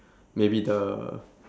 maybe the